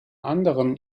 anderen